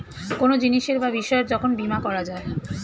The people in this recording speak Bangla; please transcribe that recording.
কোনো জিনিসের বা বিষয়ের যখন বীমা করা যায়